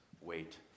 wait